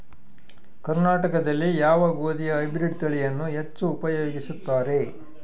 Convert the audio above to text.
ಕರ್ನಾಟಕದಲ್ಲಿ ಯಾವ ಗೋಧಿಯ ಹೈಬ್ರಿಡ್ ತಳಿಯನ್ನು ಹೆಚ್ಚು ಉಪಯೋಗಿಸುತ್ತಾರೆ?